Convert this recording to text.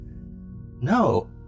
No